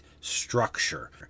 structure